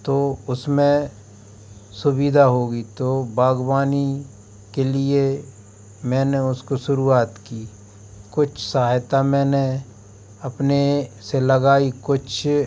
तो उसमें सुविधा होगी तो बाग़बानी के लिए मैंने उसकी शुरुआत की कुछ सहायता मैंने अपने से लगाई कुछ